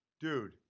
dude